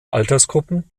altersgruppen